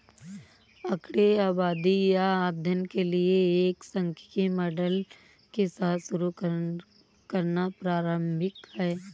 आंकड़े आबादी या अध्ययन के लिए एक सांख्यिकी मॉडल के साथ शुरू करना पारंपरिक है